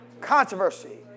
Controversy